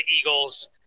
Eagles